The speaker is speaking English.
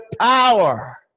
power